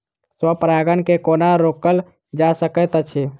स्व परागण केँ कोना रोकल जा सकैत अछि?